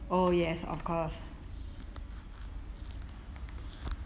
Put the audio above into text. oh yes of course